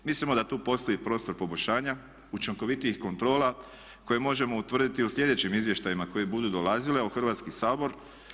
Mislimo da tu postoji prostor poboljšanja, učinkovitijih kontrola koje možemo utvrditi u sljedećim izvještajima koji budu dolazili u Hrvatski sabor.